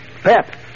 Pep